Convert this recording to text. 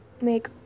make